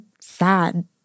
sad